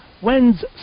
When's